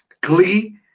Glee